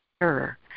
error